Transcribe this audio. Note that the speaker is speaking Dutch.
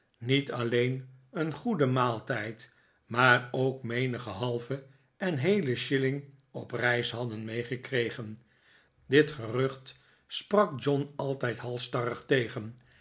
niet alleen een goeden maaltijd maar ook menigen halven en heelen shilling op reis hadden meegekregen dit gerucht sprak john altijd halsstarrig tegen